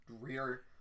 rear